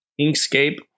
Inkscape